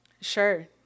Sure